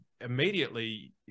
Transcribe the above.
immediately